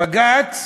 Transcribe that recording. בג"ץ